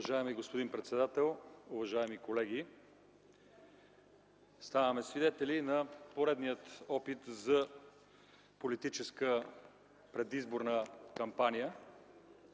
Уважаеми господин председател, уважаеми колеги, ставаме свидетели на поредния опит за политическа предизборна кампания,